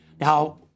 now